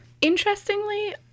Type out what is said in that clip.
Interestingly